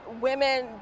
women